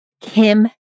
Kim